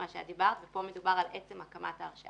זה מה שאמרת, וכאן מדובר על עצם הקמת ההרשאה.